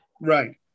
Right